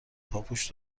پاپوش